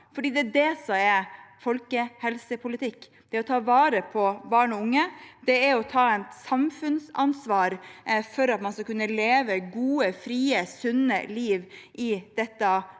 Det er det som er folkehelsepolitikk: å ta vare på barn og unge, å ta et samfunnsansvar for at man skal kunne leve et godt, fritt og sunt liv i dette landet.